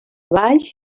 baix